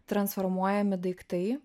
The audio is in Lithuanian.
transformuojami daiktai